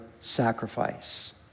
sacrifice